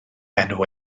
enw